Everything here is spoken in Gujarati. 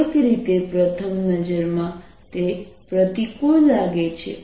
કોઈક રીતે પ્રથમ નજરમાં તે પ્રતિકૂળ લાગે છે